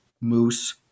moose